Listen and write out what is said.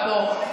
קרן.